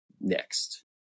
next